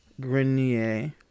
Grenier